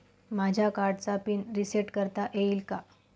माझ्या कार्डचा pin reset करता येईल का?